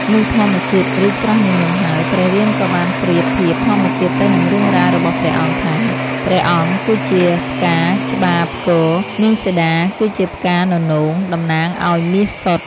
លុះធម្មជាតិរីកស្រស់ញញឹមហើយ ព្រះរាមក៏បានប្រៀប ធៀបធម្មជាតិទៅនឹងរឿងរ៉ាវ របស់ព្រះអង្គថា ព្រះអង្គគឺជាផ្កាច្បាផ្គរ នាងសីតាគឺជាផ្កាននោង តំណាងឱ្យមាសសុទ្ធ។